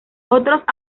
otros